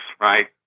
right